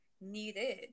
needed